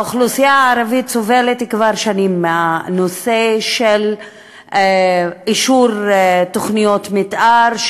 האוכלוסייה הערבית סובלת כבר שנים בנושא של אישור תוכניות מתאר,